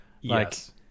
Yes